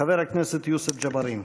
חבר הכנסת יוסף ג'בארין.